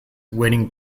wedding